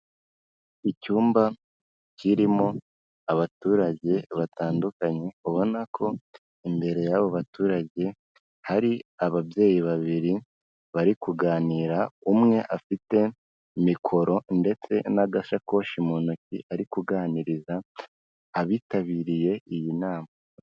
Icyumba kirimo abaturage batandukanye ubona ko imbere y'abo baturage hari ababyeyi babiri bari kuganira, umwe afite mikoro ndetse n'agasakoshi mu ntoki ari kuganiriza abitabiriye iyi nama.